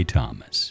Thomas